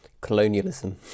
colonialism